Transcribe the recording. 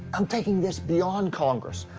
i'm taking this beyond congress.